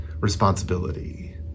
responsibility